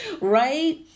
right